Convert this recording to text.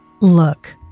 Look